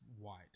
white